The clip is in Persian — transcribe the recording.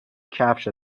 کفش